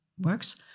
works